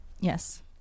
Yes